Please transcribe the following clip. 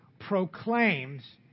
proclaims